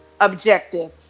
objective